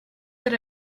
that